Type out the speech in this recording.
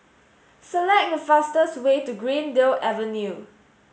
select the fastest's way to Greendale Avenue